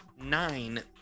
nine